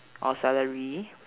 or salary